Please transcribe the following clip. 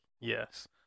yes